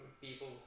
people